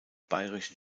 bayerischen